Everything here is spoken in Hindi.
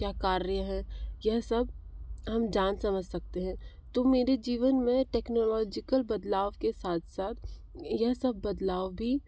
क्या कार्य हैं यह सब हम जान समझ सकते हैं तो मेरे जीवन मे टेक्नॉलोजीकल बदलाव के साथ साथ यह सब बदलाव भी